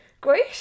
great